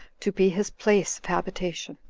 to be his place of habitation.